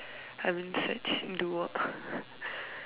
I'm in search do what